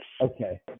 Okay